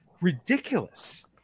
ridiculous